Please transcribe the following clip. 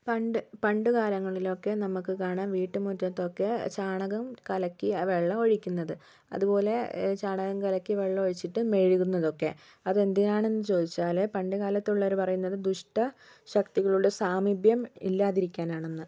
പണ്ട് പണ്ട് കാലങ്ങളിലൊക്കെ നമുക്ക് കാണാം വീട്ടുമുറ്റത്തൊക്കെ ചാണകം കലക്കിയ വെള്ളം ഒഴിക്കുന്നത് അതുപോലെ ചാണകം കലക്കിയ വെള്ളൊഴിച്ചിട്ട് മെഴുകുന്നതൊക്കെ അത് എന്തിനാണെന്ന് ചോദിച്ചാല് പണ്ട് കാലത്തുള്ളവർ പറയുന്നത് ദുഷ്ട ശക്തികളുടെ സാമീപ്യം ഇല്ലാതിരിക്കാനാണെന്ന്